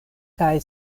kaj